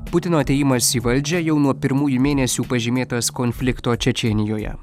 putino atėjimas į valdžią jau nuo pirmųjų mėnesių pažymėtas konflikto čečėnijoje